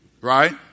right